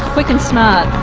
quick and smart.